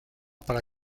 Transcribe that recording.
para